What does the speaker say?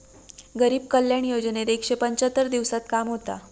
गरीब कल्याण योजनेत एकशे पंच्याहत्तर दिवसांत काम होता